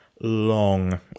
long